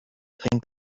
trink